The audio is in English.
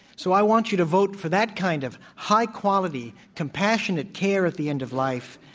so, i want you to vote for that kind of high quality compassionate care at the end of life,